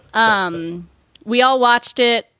um we all watched it.